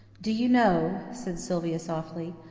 do you know, said sylvia softly,